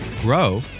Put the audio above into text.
grow